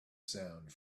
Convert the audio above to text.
sound